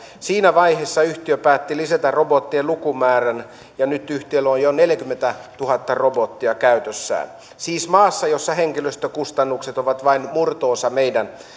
siinä vaiheessa yhtiö päätti lisätä robottien lukumäärää ja nyt yhtiöllä on jo neljäkymmentätuhatta robottia käytössään siis maassa jossa henkilöstökustannukset ovat vain murto osa meidän